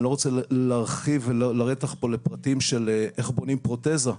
אני לא רוצה להרחיב ולרדת איתך פה לפרטים של איך בונים פרוטזה,